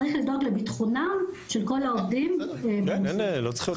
צריך לדאוג לביטחונם של כלל העובדים בנושא זה.